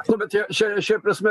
nu bet šia šia prasme